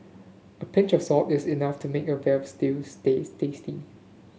a pinch of salt is enough to make a veal stew stay tasty